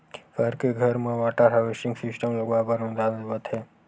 सहर के घर म वाटर हारवेस्टिंग सिस्टम लगवाए बर अनुदान देवत हे